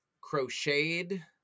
crocheted